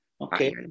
Okay